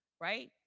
right